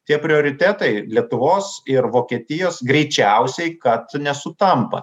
tie prioritetai lietuvos ir vokietijos greičiausiai kad nesutampa